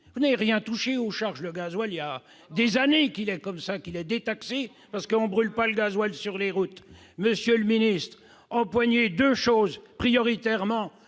Vous n'avez rien touché aux charges. Il y a des années que le gazole est détaxé, parce qu'on ne brûle pas le gazole sur les routes. Monsieur le ministre, empoignez deux sujets prioritairement